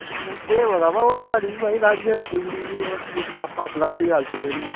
केह् पता ब ओह् नोआड़ी बी लाड़ियै कन्नै बिगड़ी दी ओह् स्यापा कलापी हालत पैदी